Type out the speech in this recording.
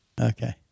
Okay